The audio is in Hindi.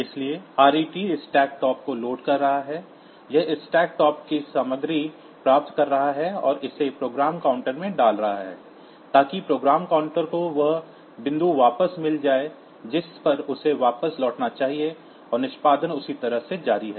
इसलिए RET स्टैक टॉप को लोड कर रहा है यह स्टैक टॉप से सामग्री प्राप्त कर रहा है और इसे प्रोग्राम काउंटर में डाल रहा है ताकि प्रोग्राम काउंटर को वह बिंदु वापस मिल जाए जिस पर उसे वापस लौटना चाहिए और निष्पादन उसी तरह से जारी है